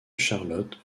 charlotte